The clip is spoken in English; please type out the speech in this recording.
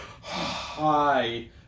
hi